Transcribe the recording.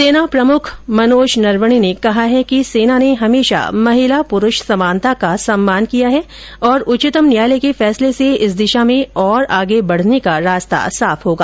सेना प्रमुख मनोज नरवणे ने कहा है कि सेना ने हमेशा महिला पुरुष समानता का सम्मान किया है और उच्चतम न्यायालय के फैसले से इस दिशा में और आगे बढ़ने का रास्ता साफ होगा